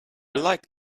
like